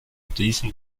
diesen